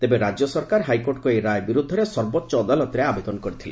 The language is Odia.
ତେବେ ରାଜ୍ୟ ସରକାର ହାଇକୋର୍ଟଙ୍କର ଏହି ରାୟ ବିରୁଦ୍ଧରେ ସର୍ବୋଚ୍ଚ ଅଦାଲତରେ ଆବେଦନ କରିଥିଲେ